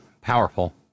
powerful